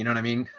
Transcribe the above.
know what i mean?